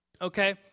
okay